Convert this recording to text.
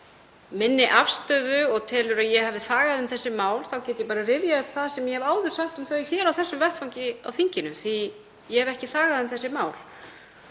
minni afstöðu og telur að ég hafi þagað um þessi mál þá get ég bara rifjað upp það sem ég hef áður sagt um þau hér í þinginu, á þessum vettvangi, því ég hef ekki þagað um þessi mál.